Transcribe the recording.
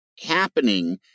happening